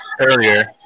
earlier